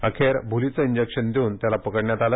अखेर भूलीचे इंजेक्शन देऊन त्याला पकडण्यात आलं